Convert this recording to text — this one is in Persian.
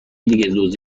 دزدی